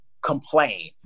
Complain